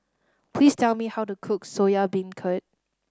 please tell me how to cook Soya Beancurd